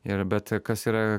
ir bet kas yra